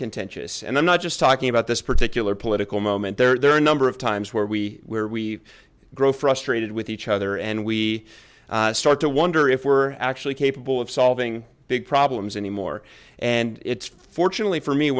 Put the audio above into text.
contentious and i'm not just talking about this particular political moment there are a number of times where we where we grow frustrated with each other and we start to wonder if we're actually capable of solving big problems anymore and it's fortunately for me